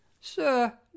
Sir